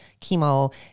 chemo